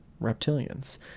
Reptilians